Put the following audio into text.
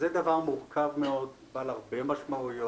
זה דבר מורכב מאוד, בעל הרבה משמעויות.